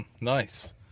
Nice